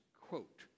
quote